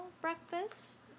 breakfast